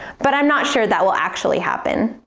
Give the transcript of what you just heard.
but i'm not sure that will actually happen.